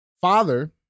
father